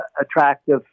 attractive